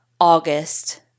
August